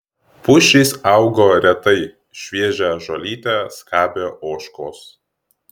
pušys augo retai šviežią žolytę skabė ožkos